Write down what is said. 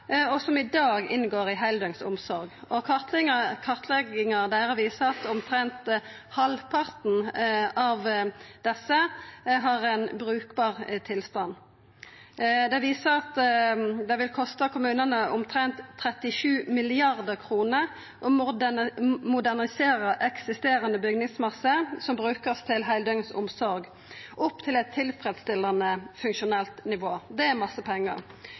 og som i dag inngår i heildøgns omsorg. Kartlegginga deira viser at omtrent halvparten av desse har ein brukbar tilstand, og at det vil kosta kommunane omtrent 37 mrd. kr å modernisera eksisterande bygningsmasse som vert brukt til heildøgns omsorg opp til eit tilfredsstillande funksjonelt nivå. Det er mykje pengar.